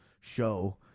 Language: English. show